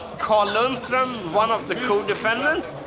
carl lundstrom, one of the co-defendants